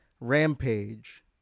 Rampage